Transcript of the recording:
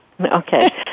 Okay